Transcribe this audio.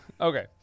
Okay